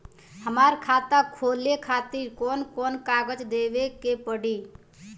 हमार खाता खोले खातिर कौन कौन कागज देवे के पड़ी?